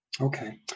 Okay